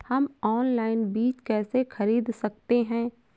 हम ऑनलाइन बीज कैसे खरीद सकते हैं?